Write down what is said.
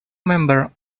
member